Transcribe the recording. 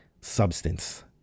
substance